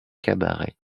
cabarets